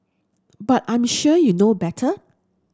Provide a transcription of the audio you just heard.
but I'm sure you know better